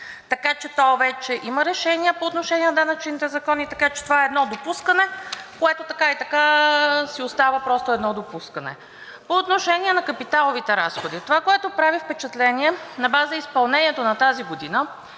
така че то вече има решения по отношение на данъчните закони, така че това е едно допускане, което така и така си остава просто едно допускане. По отношение на капиталовите разходи – това, което прави впечатление на база изпълнението за тази година,